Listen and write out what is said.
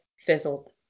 fizzled